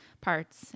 parts